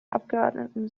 abgeordneten